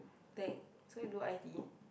take so you do I_T